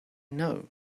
know